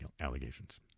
allegations